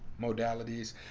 modalities